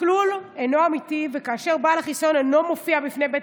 השקלול אינו אמיתי כאשר בעל החיסיון אינו מופיע בפני בית